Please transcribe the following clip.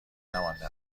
نمانده